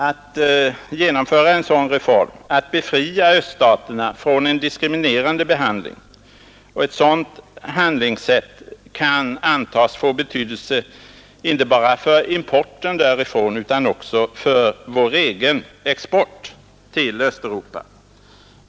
Att genomföra en sådan reform vore att befria öststaterna från en diskriminerande behandling, och ett sådant handlingssätt kan antas få betydelse inte bara för importen därifrån utan även för vår egen export till Östeuropa.